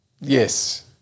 Yes